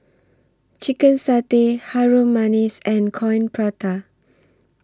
Chicken Satay Harum Manis and Coin Prata